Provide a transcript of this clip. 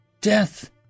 Death